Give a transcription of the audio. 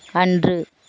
அன்று